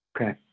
Okay